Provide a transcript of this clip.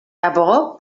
abogó